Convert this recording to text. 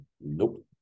nope